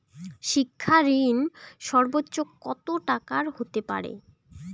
শিক্ষা ঋণ সর্বোচ্চ কত টাকার হতে পারে?